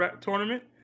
tournament